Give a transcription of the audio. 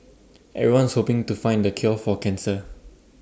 everyone's hoping to find the cure for cancer